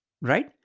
right